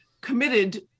committed